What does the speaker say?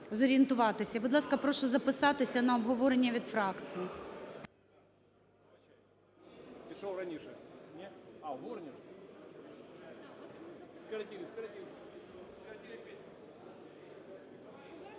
зорієнтуватися. І, будь ласка, прошу записатися на обговорення від фракцій.